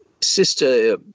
sister